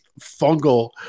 fungal